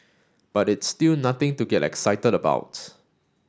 but it's still nothing to get excited about